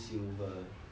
then maybe